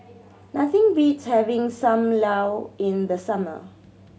nothing beats having Sam Lau in the summer